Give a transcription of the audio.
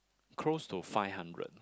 close to five hundred